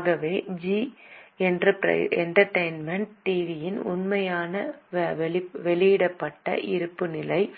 ஆகவே ஜீ என்டர்டெயின்மென்ட் டிவியின் உண்மையான வெளியிடப்பட்ட இருப்புநிலைப்